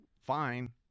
fine